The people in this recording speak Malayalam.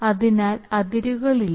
അതിനാൽ അതിരുകളില്ല